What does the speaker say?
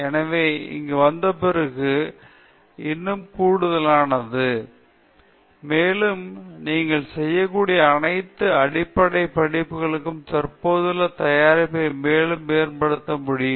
எனவே இங்கு வந்த பிறகு அது இன்னும் கூடுதலானது புதிய உற்பத்தியை நீங்கள் கண்டுபிடித்து ஏற்கனவே இருக்கும் தயாரிப்புக்கு விஞ்ஞான ரீதியாக மேலும் செயல்திறனை அதிகரிக்க முடியும் மேலும் நீங்கள் செய்யக்கூடிய அனைத்து அடிப்படை படிப்புகளும் தற்போதுள்ள தயாரிப்பை மேலும் மேம்படுத்தப்பட முடியும்